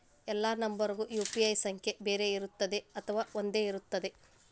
ಎಲ್ಲಾ ನಂಬರಿಗೂ ಯು.ಪಿ.ಐ ಸಂಖ್ಯೆ ಬೇರೆ ಇರುತ್ತದೆ ಅಥವಾ ಒಂದೇ ಇರುತ್ತದೆ?